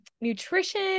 nutrition